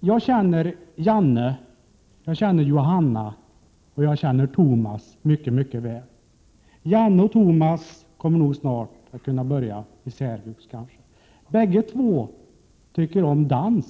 Jag känner Janne, Johanna och Tomas mycket väl. Janne och Tomas kommer nog snart att kunna börja inom särvux.